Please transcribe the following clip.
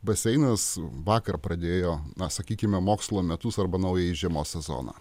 baseinas vakar pradėjo na sakykime mokslo metus arba naująjį žiemos sezoną